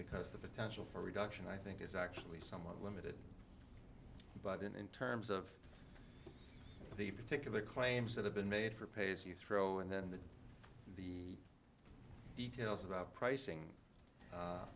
because the potential for reduction i think is actually somewhat limited by then in terms of the particular claims that have been made for pays you throw and then the the details about pricing